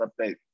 update